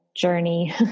journey